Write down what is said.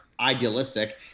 idealistic